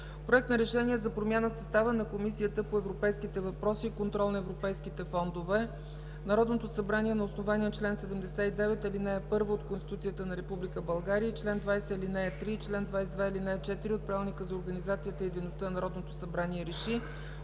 „Проект! РЕШЕНИЕ за промяна в състава на Комисията по европейските въпроси и контрол на европейските фондове Народното събрание на основание чл. 79, ал. 1 от Конституцията на Република България и чл. 20, ал. 3 и чл. 22, ал. 4 от Правилника за организацията и дейността на Народното събрание РЕШИ: